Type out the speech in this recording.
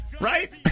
Right